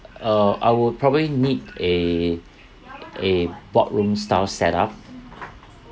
uh I would probably need a a boardroom style set up